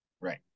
Right